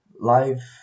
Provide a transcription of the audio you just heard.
live